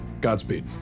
Godspeed